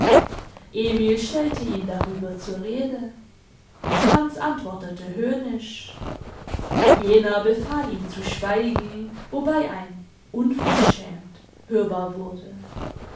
emil stellte ihn darüber zur rede franz antwortete höhnisch jener befahl ihm zu schweigen wobei ein unverschämt hörbar wurde